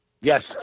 Yes